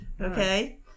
okay